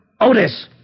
Otis